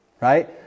right